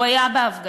הוא היה בהפגנה.